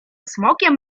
smokiem